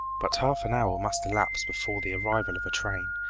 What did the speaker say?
but half an hour must elapse before the arrival of a train,